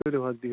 تُلِو حظ بِہِو